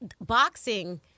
boxing